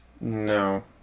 No